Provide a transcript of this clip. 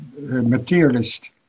materialist